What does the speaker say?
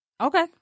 okay